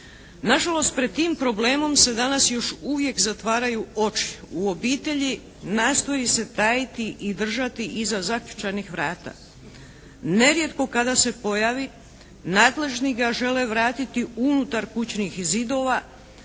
Na žalost, pred tim problemom se danas još uvijek zatvaraju oči u obitelji. Nastoji se tajiti i držati iza zaključanih vrata. Nerijetko kada se pojavi. Nadležni ga žele vratiti unutar kućnih zidova,